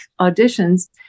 auditions